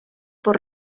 por